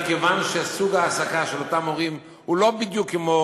מכיוון שסוג ההעסקה של אותם מורים הוא לא בדיוק כמו